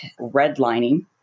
redlining